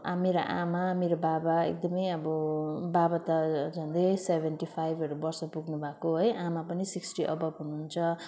मेरो आमा मेरो बाबा एकदमै अब बाबा त झन्डै सेभेन्टी फाइभहरू वर्ष पुग्नुभएको है आमा पनि सिक्स्टी एबभ हुनुहुन्छ